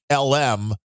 LM